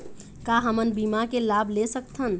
का हमन बीमा के लाभ ले सकथन?